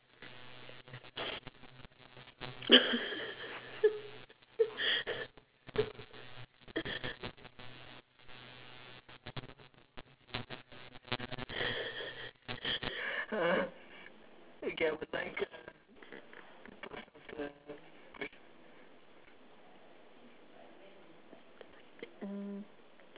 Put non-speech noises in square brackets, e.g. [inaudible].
[laughs] mm